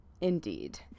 Indeed